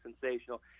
sensational